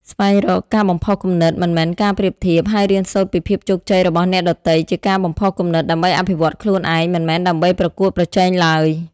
ស្វែងរកការបំផុសគំនិត មិនមែនការប្រៀបធៀប ហើយរៀនសូត្រពីភាពជោគជ័យរបស់អ្នកដទៃជាការបំផុសគំនិតដើម្បីអភិវឌ្ឍខ្លួនឯង មិនមែនដើម្បីប្រកួតប្រជែងឡើយ។